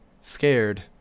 Scared